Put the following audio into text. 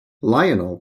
lionel